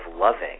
loving